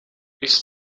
ils